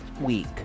week